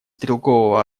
стрелкового